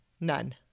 None